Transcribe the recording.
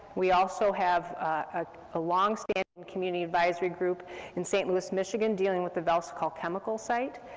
we also have a ah longstanding and community advisory group in st. louis, michigan, dealing with the velsicol chemical site,